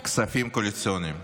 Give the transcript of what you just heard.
של כספים קואליציוניים.